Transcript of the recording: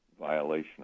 violation